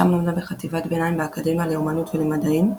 שם למדה בחטיבת ביניים באקדמיה לאמנויות ולמדעים.